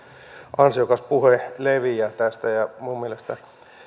ansiokas puhe leviää tästä minun mielestäni